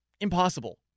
impossible